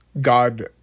God